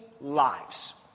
lives